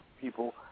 people